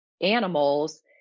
animals